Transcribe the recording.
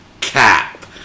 Cap